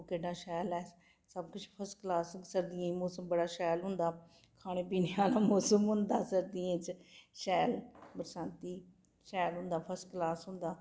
दिक्खो केह्ड़ा शैल ऐ सब किश फसक्लास सर्दियें गी मौसम बड़ा शैल होंदा खाने पीने आह्ला मौसम होंदा सर्दियें च शैल बरसांती शैल होंदा फसक्लास होंदा